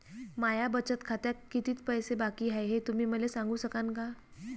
माया बचत खात्यात कितीक पैसे बाकी हाय, हे तुम्ही मले सांगू सकानं का?